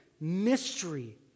mystery